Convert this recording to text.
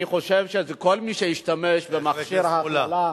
אני חושב שכל מי שהשתמש במכשיר ההכללה,